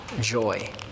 joy